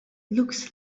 looks